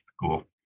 cool